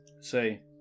say